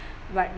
like